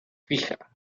fija